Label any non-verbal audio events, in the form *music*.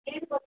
*unintelligible*